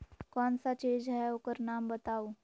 कौन सा चीज है ओकर नाम बताऊ?